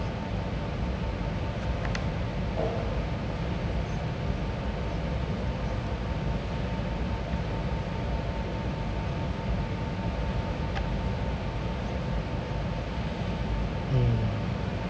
mm